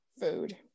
food